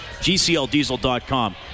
GCLDiesel.com